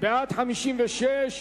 סעיפים 72 74, כהצעת הוועדה, נתקבלו.